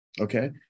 okay